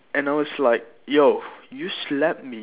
and I was like yo you slapped me